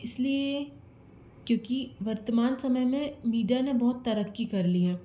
इसलिए क्योंकि वर्तमान समय में मीडिया ने बहुत तरक्की कर ली है